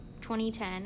2010